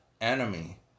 enemy